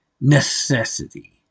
necessity